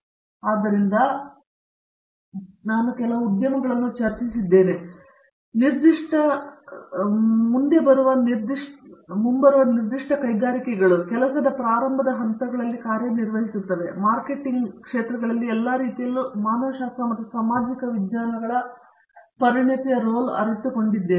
professor Rajesh Kumar ಆದ್ದರಿಂದ ನಾವು ಕೆಲವು ನಿಮಿಷಗಳ ಹಿಂದೆ ಕೆಲವು ಉದ್ಯಮಗಳನ್ನು ಚರ್ಚಿಸಿದ್ದೇವೆ ಮತ್ತು ನಿರ್ದಿಷ್ಟ ಮುಂಬರುವ ಕೈಗಾರಿಕೆಗಳು ಕೆಲಸದ ಪ್ರಾರಂಭದ ಹಂತಗಳಲ್ಲಿ ಕಾರ್ಯನಿರ್ವಹಿಸುತ್ತಿವೆ ಮಾರ್ಕೆಟಿಂಗ್ ಕ್ಷೇತ್ರಗಳಲ್ಲಿ ಎಲ್ಲಾ ರೀತಿಯಲ್ಲೂ ಮಾನವಶಾಸ್ತ್ರ ಮತ್ತು ಸಾಮಾಜಿಕ ವಿಜ್ಞಾನಗಳ ಪರಿಣತಿಯ ರೋಲ್ ಅರಿತುಕೊಂಡಿದೆ